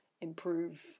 improve